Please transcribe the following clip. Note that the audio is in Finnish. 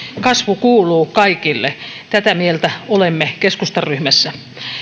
kasvu kuuluu kaikille tätä mieltä olemme keskustan ryhmässä